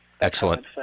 Excellent